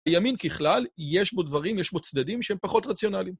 לימין ככלל יש בו דברים, יש בו צדדים שהם פחות רציונליים.